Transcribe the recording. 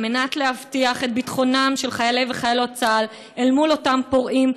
כדי להבטיח את ביטחונם של חיילי וחיילות צה"ל אל מול אותם פורעים,